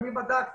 אני בדקתי.